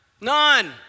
None